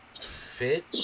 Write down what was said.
fit